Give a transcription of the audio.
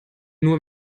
nur